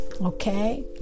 Okay